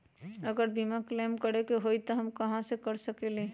अगर बीमा क्लेम करे के होई त हम कहा कर सकेली?